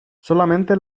solamente